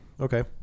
okay